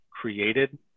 created